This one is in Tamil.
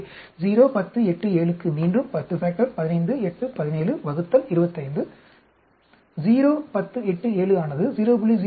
எனவே 0 10 8 7 க்கு மீண்டும் 10 15 8 17 ÷ 25 0 10 8 7 ஆனது 0